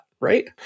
Right